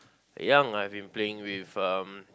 young I've been playing with um